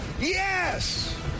Yes